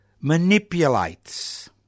manipulates